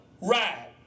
Ride